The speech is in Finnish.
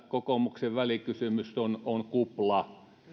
kokoomuksen välikysymys on on kupla